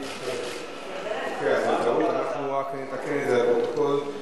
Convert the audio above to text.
אנחנו נתקן את זה לפרוטוקול.